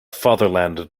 fatherland